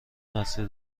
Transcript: مسیر